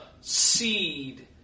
seed